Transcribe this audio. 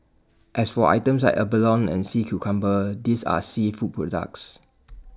as for items like abalone and sea cucumber these are seafood products